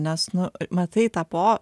nes nu matai tą po